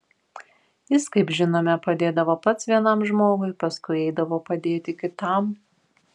jis kaip žinome padėdavo pats vienam žmogui paskui eidavo padėti kitam